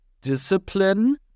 discipline